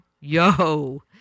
Yo